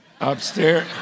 upstairs